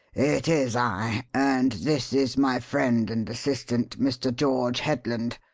it is i, and this is my friend and assistant, mr. george headland.